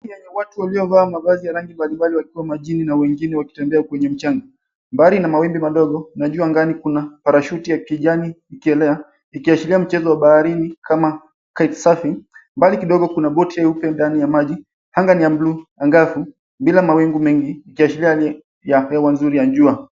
Watu waliovaa mavazi ya rangi mbalimbali wakiwa majini na wengine wakitembea kwenye mchanga. Mbali na mawimbi madogo, najua angani kuna parachuti ya kijani ikielea, ikiashiria mchezo wa baharini kama kite sarfing . Mbali kidogo kuna boti jeupe ndani ya maji. Angani ya buluu, angavu, bila mawingu mengi, ikiashiria hali ya hewa nzuri ya jua.